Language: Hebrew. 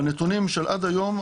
בנתונים של עד היום,